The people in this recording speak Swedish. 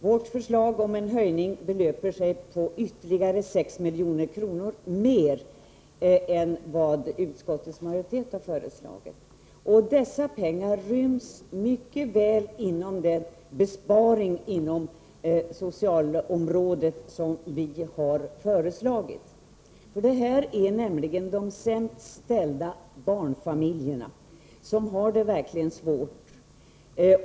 Vårt förslag om en höjning betyder 15 miljoner mer än vad utskottsmajoriteten föreslagit. Dessa pengar ryms mycket väl inom de besparingar på socialförsäkringsområdet som vi har föreslagit. Det gäller här nämligen de sämst ställda barnfamiljerna, som verkligen har det svårt.